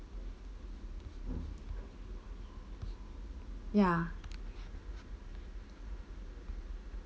ya